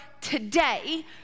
Today